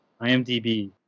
IMDB